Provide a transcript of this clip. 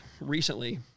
recently